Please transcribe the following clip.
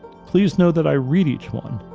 please know that i read each one